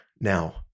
now